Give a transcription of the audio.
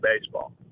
baseball